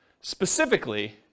specifically